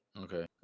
Okay